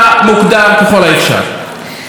תודה רבה לחבר הכנסת סעיד אלחרומי.